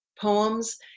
poems